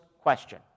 question